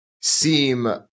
seem